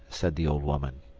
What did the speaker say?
said the old woman.